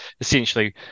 essentially